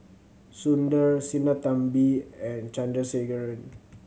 Sundar Sinnathamby and Chandrasekaran